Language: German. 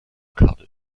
kabel